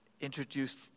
introduced